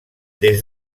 des